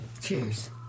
Cheers